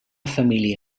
família